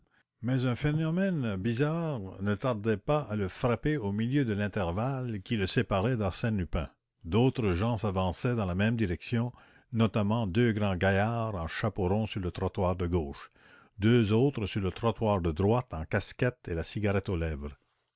mais un phénomène bizarre ne tarda pas à le frapper au milieu de l'intervalle qui le séparait d'arsène lupin d'autres gens s'avançaient dans la même direction notamment deux grands gaillards en chapeau rond sur le trottoir de gauche deux autres sur le trottoir de droite en casquette et la cigarette aux lèvres